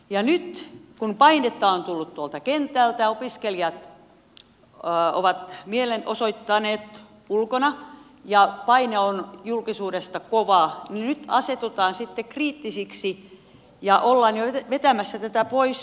nyt kun painetta on tullut tuolta kentältä opiskelijat ovat mielenosoittaneet ulkona ja paine on julkisuudesta kova asetutaan sitten kriittisiksi ja ollaan jo vetämässä tätä pois